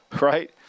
right